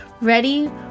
ready